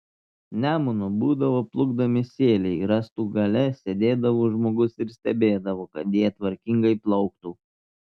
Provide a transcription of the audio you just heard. nemunu būdavo plukdomi sieliai rąstų gale sėdėdavo žmogus ir stebėdavo kad jie tvarkingai plauktų